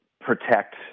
protect